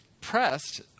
pressed